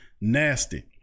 Nasty